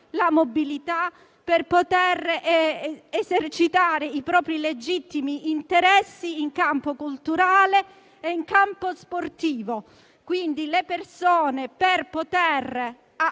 la mobilità, per poter esercitare i propri legittimi interessi in campo culturale e in campo sportivo. Le persone, per poter